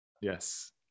Yes